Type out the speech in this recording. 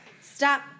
Stop